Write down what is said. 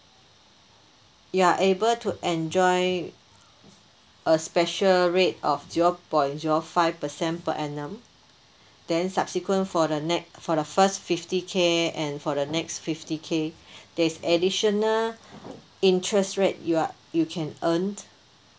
you are able to enjoy a special rate of zero point zero five percent per annum then subsequent for the next for the first fifty K and for the next fifty K there's additional interest rate you are you can earn